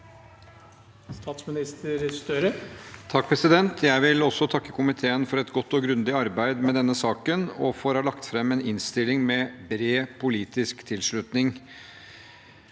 Støre Jeg vil også takke komiteen for et godt og grundig arbeid med denne saken og for å ha lagt fram en innstilling med bred politisk tilslutning.